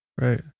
Right